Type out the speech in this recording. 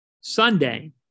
Sunday